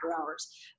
hours